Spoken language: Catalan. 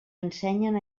ensenyen